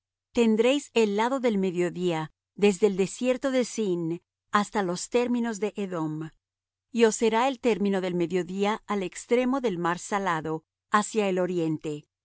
tendréis el lado del mediodía desde el desierto de zin hasta los términos de edom y os será el término del mediodía al extremo del mar salado hacia el oriente y